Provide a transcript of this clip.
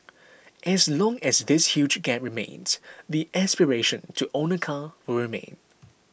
as long as this huge gap remains the aspiration to own a car will remain